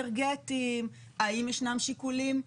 האם ישנם שיקולים אנרגטיים,